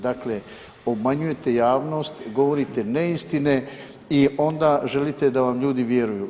Dakle, obmanjujete javnost, govorite neistine i onda želite da vam ljudi vjeruju.